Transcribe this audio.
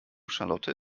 charlotte